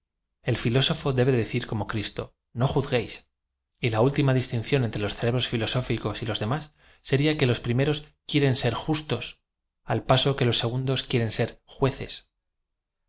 l filósofo debe de cir como cristo no juzguéis y la última distili ción entre los cerebros filosóficos y los demás sería que los primeros quiereu ser al paso que los se gundos quieren ser jueces z